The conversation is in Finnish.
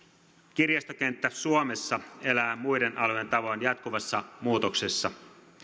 kirjastokenttä suomessa elää muiden alojen tavoin jatkuvassa muutoksessa